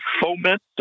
foment